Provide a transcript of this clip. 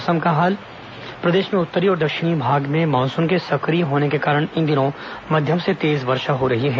मौसम प्रदेश में उत्तरी और दक्षिणी भाग में मानसून के सक्रिय होने के कारण इन दिनों मध्यम से तेज वर्षा हो रही है